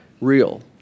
real